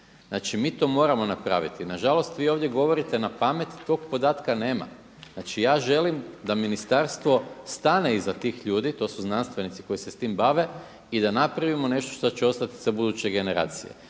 Znači mi to moramo napraviti. Na žalost vi ovdje govorite na pamet. Tog podatka nema. Znači ja želim da ministarstvo stane iza tih ljudi. To su znanstvenici koji se s tim bave i da napravimo nešto što će ostati za buduće generacije.